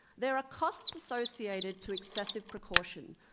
there are costs associated to excessive precaution.